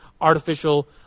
artificial